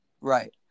Right